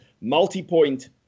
multi-point